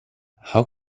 how